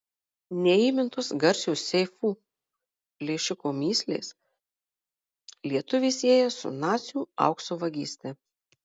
neįmintos garsiojo seifų plėšiko mįslės lietuvį sieja su nacių aukso vagyste